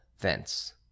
thence